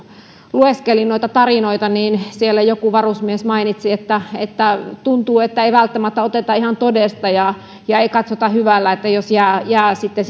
lueskelin noita tarinoita niin siellä joku varusmies mainitsi että että tuntuu että ei välttämättä oteta ihan todesta ja ja ei katsota hyvällä jos jää jää sitten